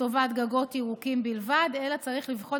לטובת גגות ירוקים בלבד אלא צריך לבחון